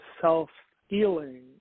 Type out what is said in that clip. self-healing